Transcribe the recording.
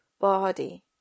body